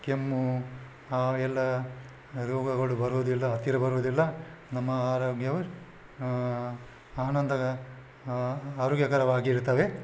ಕೆಮ್ಮು ಎಲ್ಲ ರೋಗಗಳು ಬರುವುದಿಲ್ಲ ಹತ್ತಿರ ಬರುವುದಿಲ್ಲ ನಮ್ಮ ಆರೋಗ್ಯವು ಆನಂದ ಆರೋಗ್ಯಕರವಾಗಿರುತ್ತವೆ